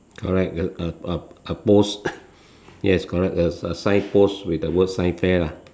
correct a a a a post yes correct there's a signpost with the word science fair lah